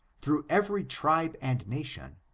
through every tribe and nation,